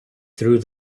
through